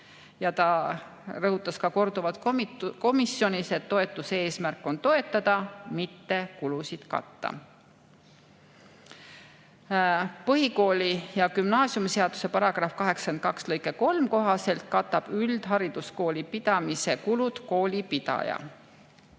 Ta rõhutas ka korduvalt komisjonis, et toetuse eesmärk on toetada, mitte kulusid katta. Põhikooli‑ ja gümnaasiumiseaduse § 82 lõike 3 kohaselt katab üldhariduskooli pidamise kulud koolipidaja.